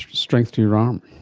strength to your arm.